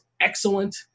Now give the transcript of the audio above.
excellent